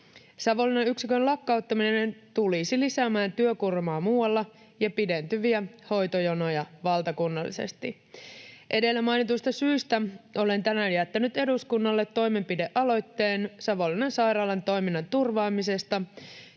Savonlinnan yksikön lakkauttaminen tulisi lisäämään työkuormaa muualla ja pidentyviä hoitojonoja valtakunnallisesti. Edellä mainituista syistä olen tänään jättänyt eduskunnalle Savonlinnan sairaalan toiminnan turvaamisesta